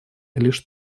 лишь